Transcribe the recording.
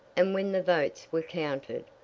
and when the votes were counted,